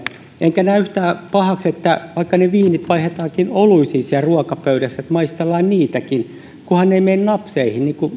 enkä näe yhtään pahaksi vaikka ne viinit vaihdetaankin oluisiin siellä ruokapöydässä maistellaan niitäkin kunhan ei mennä snapseihin niin kuin